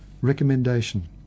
Recommendation